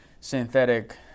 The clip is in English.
synthetic